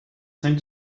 same